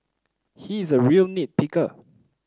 he is a real nit picker